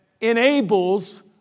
enables